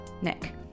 Nick